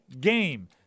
game